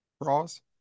Ross